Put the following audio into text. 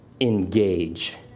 engage